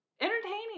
entertaining